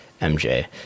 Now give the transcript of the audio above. MJ